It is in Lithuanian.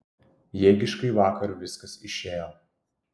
jėgiškai vakar viskas išėjo